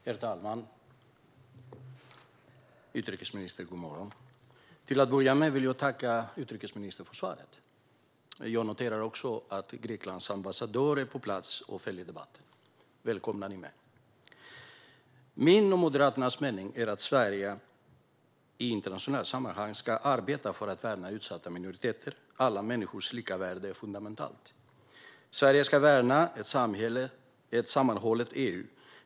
Herr talman och utrikesministern - god morgon! Till att börja med vill jag tacka utrikesministern för svaret. Jag noterar också att Greklands ambassadör är på plats och följer debatten. Välkommen! Min och Moderaternas mening är att Sverige i internationella sammanhang ska arbeta för att värna utsatta minoriteter. Alla människors lika värde är fundamentalt. Sverige ska värna ett sammanhållet EU.